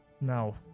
Now